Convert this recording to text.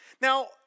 Now